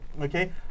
okay